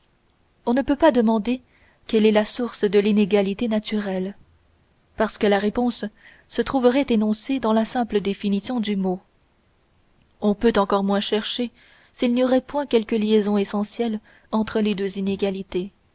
on ne peut pas demander quelle est la source de l'inégalité naturelle parce que la réponse se trouverait énoncée dans la simple définition du mot on peut encore moins chercher s'il n'y aurait point quelque liaison essentielle entre les deux inégalités